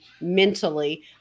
mentally